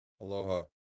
Aloha